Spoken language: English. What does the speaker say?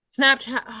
Snapchat